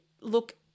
look